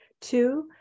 two